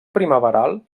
primaveral